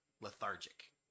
lethargic